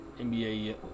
NBA